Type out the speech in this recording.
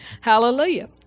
Hallelujah